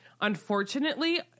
Unfortunately